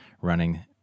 running